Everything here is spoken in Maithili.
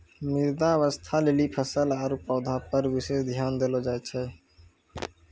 मृदा स्वास्थ्य लेली फसल आरु पौधा पर विशेष ध्यान देलो जाय छै